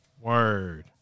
Word